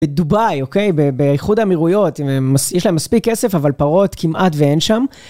בדובאי, אוקיי? באיחוד האמירויות. יש להם מספיק כסף, אבל פרות כמעט ואין שם.